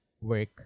work